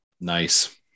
nice